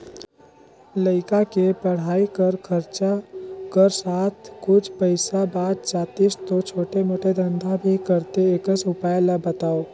लइका के पढ़ाई कर खरचा कर साथ कुछ पईसा बाच जातिस तो छोटे मोटे धंधा भी करते एकस उपाय ला बताव?